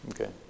Okay